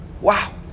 Wow